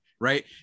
right